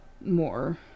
more